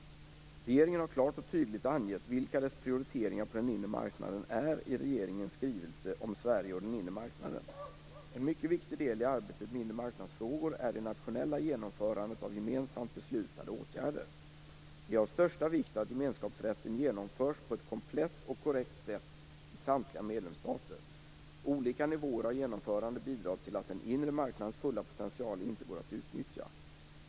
Regeringen har klart och tydligt angett vilka dess prioriteringar på den inre marknaden är i regeringens skrivelse om Sverige och den inre marknaden. En mycket viktig del i arbetet med inremarknadsfrågor är det nationella genomförandet av gemensamt beslutade åtgärder. Det är av största vikt att gemenskapsrätten genomförs på ett komplett och korrekt sätt i samtliga medlemsstater. Olika nivåer av genomförande bidrar till att den inre marknadens fulla potential inte går att utnyttja.